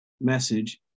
message